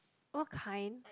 what kind